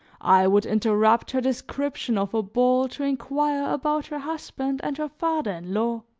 i would interrupt her description of a ball to inquire about her husband and her father-in-law,